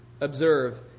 Observe